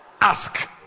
Ask